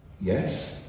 Yes